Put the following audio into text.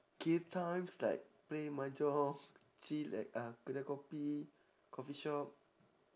kill times like play mahjong chill at uh kedai kopi coffee shop